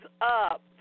up